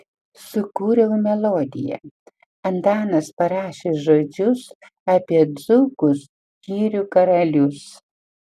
sukūriau melodiją antanas parašė žodžius apie dzūkus girių karalius